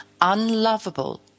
unlovable